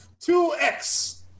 2X